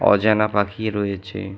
অজানা পাখি রয়েছে